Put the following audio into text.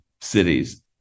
cities